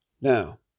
Now